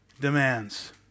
demands